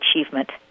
achievement